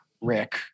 Rick